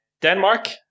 Denmark